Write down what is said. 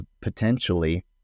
potentially